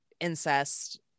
incest